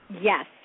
Yes